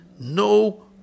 no